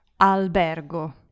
albergo